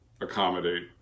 accommodate